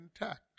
intact